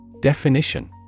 Definition